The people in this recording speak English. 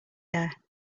there